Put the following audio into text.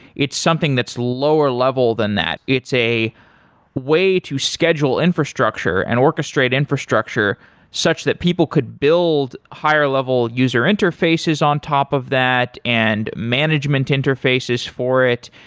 it's something that's lower level than that. it's a way to schedule infrastructure and orchestrate infrastructure such that people could build higher level user interfaces on top of that and management interfaces for it,